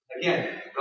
Again